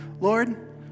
Lord